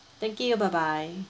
thank you bye bye